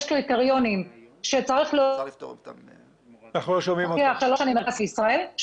קריטריונים שצריך להוכיח שלוש שנים מרכז חיים בישראל.